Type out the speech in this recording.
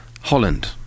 Holland